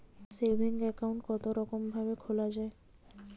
Saving account কতরকম ভাবে খোলা য়ায়?